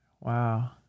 Wow